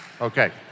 Okay